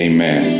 Amen